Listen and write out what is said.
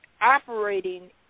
operating